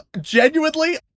genuinely